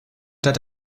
debt